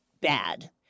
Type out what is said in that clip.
bad